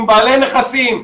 עם בעלי נכסים,